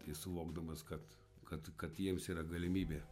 tai suvokdamas kad kad kad jiems yra galimybė